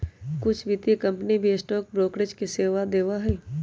कुछ वित्तीय कंपनियन भी स्टॉक ब्रोकरेज के सेवा देवा हई